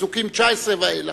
בפסוקים 19 ואילך.